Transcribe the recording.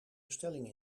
bestelling